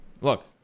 Look